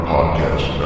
Podcast